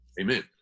Amen